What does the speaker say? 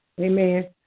Amen